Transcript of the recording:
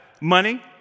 money